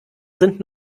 sind